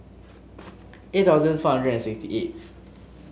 eight thousand four hundred and sixty eighth